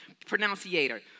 pronunciator